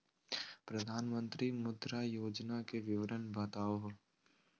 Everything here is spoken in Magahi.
प्रधानमंत्री मुद्रा योजना के विवरण बताहु हो?